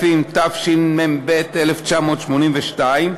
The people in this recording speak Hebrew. התשמ"ב 1982,